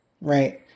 Right